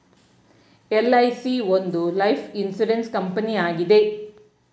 LIC ಒಂದು life insurance ಕಂಪನಿಯಾಗಿದೆ